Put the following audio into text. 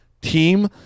team